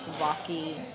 rocky